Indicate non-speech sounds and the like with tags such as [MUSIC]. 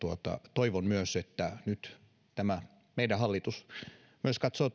toivon myös että tämä meidän hallitus nyt katsoo [UNINTELLIGIBLE]